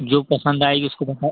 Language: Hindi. जो पसंद आएगी उसको बता